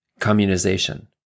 Communization